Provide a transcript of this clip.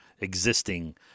existing